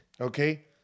Okay